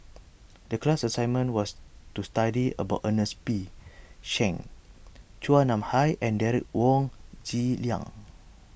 the class assignment was to study about Ernest P Shanks Chua Nam Hai and Derek Wong Zi Liang